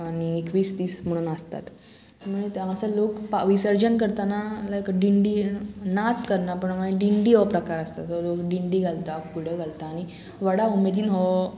आनी एकवीस दीस म्हणून आसतात म्हणजे मातसो लोक पा विसर्जन करतना लायक दिंडी नाच करना पण डिंडी हो प्रकार आसता सो लोक दिंडी घालता फुगड्यो घालता आनी व्हडा उमेदीन हो